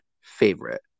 favorite